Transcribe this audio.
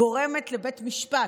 גורמת לבית המשפט,